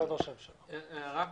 הערה קטנה.